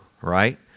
Right